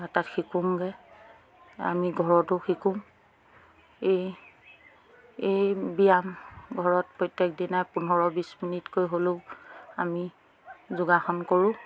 তাত শিকোঁগৈ আমি ঘৰতো শিকোঁ এই এই ব্যায়াম ঘৰত প্ৰত্যেকদিনাই পোন্ধৰ বিছ মিনিটকৈ হ'লেও আমি যোগাসন কৰোঁ